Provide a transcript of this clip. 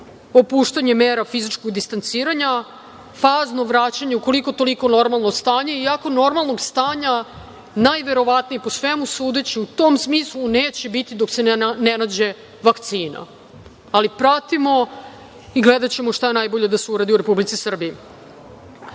popuštanje mera fizičkog distanciranja, fazno vraćanje u koliko-toliko normalnog stanja. Najverovatnije, po svemu sudeći u tom smislu neće biti dok se ne nađe vakcina, ali pratimo i gledaćemo šta je najbolje da se uradi u Republici Srbiji. Ono